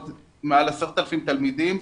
זאת אוכלוסיית מבקשי המקלט שזה עוד מעל 10,000 תלמידים.